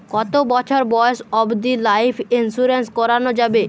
কতো বছর বয়স অব্দি লাইফ ইন্সুরেন্স করানো যাবে?